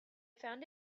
found